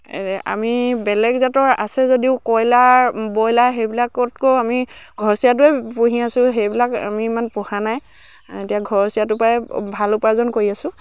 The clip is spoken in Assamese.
আমি বেলেগ জাতৰ আছে যদিও কইলাৰ বইলাৰ সেইবিলাকতকৈ আমি ঘৰচীয়াটোৱে পুহি আছো সেইবিলাক আমি ইমান পোহা নাই এতিয়া ঘৰচীয়াটোৰপৰাই ভাল উপাৰ্জন কৰি আছো